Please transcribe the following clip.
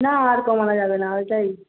না আর কমানো যাবে না ওইটাই